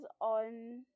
on